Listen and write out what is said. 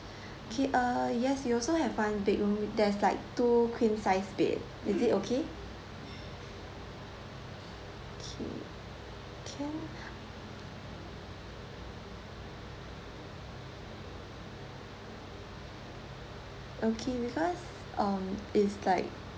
okay uh yes we also have one bedroom there's like two queen size bed is it okay okay can okay because um is like